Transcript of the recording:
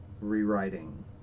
rewriting